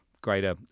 greater